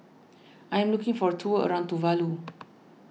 I am looking for a tour around Tuvalu